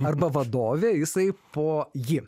arba vadovė jisai po ji